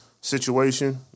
situation